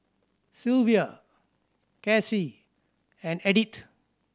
Silvia Casey and Edyth